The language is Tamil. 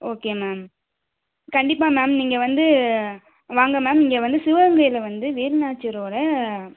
ஓகே மேம் கண்டிப்பாக மேம் நீங்கள் வந்து வாங்க மேம் இங்கே வந்து சிவகங்கையில் வந்து வேலுநாச்சியாரோட